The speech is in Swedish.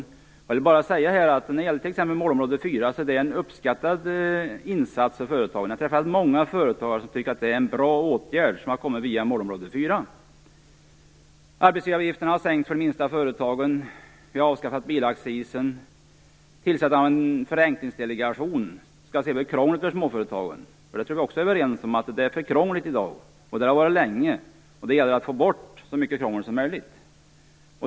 Jag vill bara säga att t.ex. målområde 4 är en av företagarna uppskattad insats. Jag har träffat många företagare som tycker att det är en bra åtgärd som kommit via målområde 4. Arbetsgivaravgiften har sänkts för de minsta företagen. Vi har avskaffat bilaccisen och tillsatt en förenklingsdelegation som skall se över krånglet för småföretagen. Vi är överens om att det är för krångligt i dag - det har det varit länge. Det gäller att få bort så mycket krångel som möjligt.